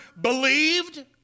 believed